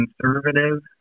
conservative